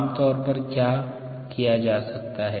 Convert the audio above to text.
आम तौर पर क्या किया जाता है